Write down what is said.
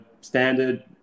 standard